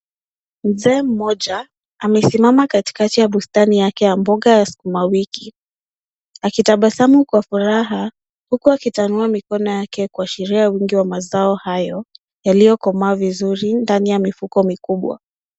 Mzee mmoja amesimama katikati ya bustani yake ya mboga ya sukuma wiki akitabasamu kwa furaha huku akitanua mikono yake kuashiria wingi wa mazao hayo yaliyokomaa vizuri ndani ya mifuko mikubwa.